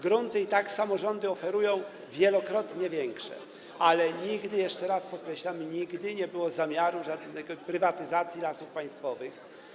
Grunty i tak samorządy oferują wielokrotnie większe ale nigdy, jeszcze raz podkreślam, nigdy nie było zamiaru prywatyzacji Lasów Państwowych.